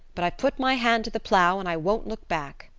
but i've put my hand to the plow and i won't look back.